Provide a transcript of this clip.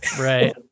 right